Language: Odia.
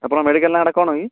ଆପଣଙ୍କ ମେଡ଼ିକାଲ୍ ନାଁଟା କଣ କି